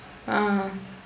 ah